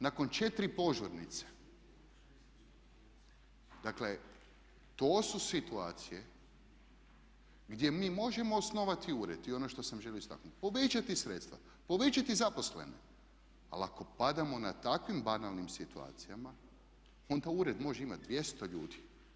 Nakon 4 požurnice, dakle to su situacije gdje mi možemo osnovati ured, i ono što sam želio istaknuti, obećati sredstva, povećati zaposlene, ali ako padamo na takvim banalnim situacijama onda ured može imati 200 ljudi.